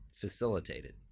facilitated